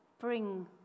bring